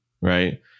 Right